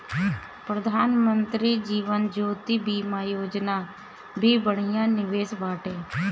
प्रधानमंत्री जीवन ज्योति बीमा योजना भी बढ़िया निवेश बाटे